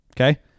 Okay